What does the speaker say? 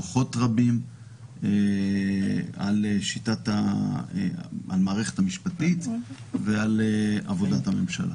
כוחות רבים על המערכת המשפטית ועל עבודת הממשלה.